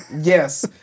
yes